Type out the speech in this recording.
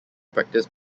practice